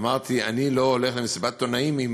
אמרתי: אני לא הולך למסיבת עיתונאים אם